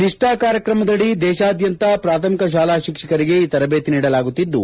ನಿಷ್ಣಾ ಕಾಯಕ್ರಮದಡಿ ದೇಶಾದ್ಯಂತ ಪ್ರಾಥಮಿಕ ಶಾಲಾ ಶಿಕ್ಷಕರಿಗೆ ಈ ತರಬೇತಿ ನೀಡಲಾಗುತ್ತಿದ್ದು